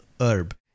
herb